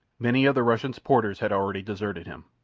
many of the russian's porters had already deserted him.